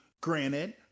granted